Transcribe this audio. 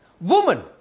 Woman